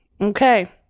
Okay